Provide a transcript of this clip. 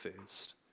first